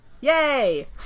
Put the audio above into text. Yay